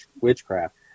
witchcraft